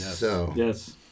Yes